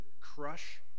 crush